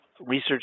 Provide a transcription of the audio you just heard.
research